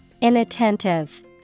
Inattentive